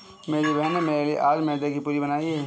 मेरी बहन में मेरे लिए आज मैदे की पूरी बनाई है